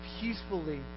peacefully